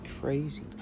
crazy